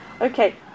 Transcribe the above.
Okay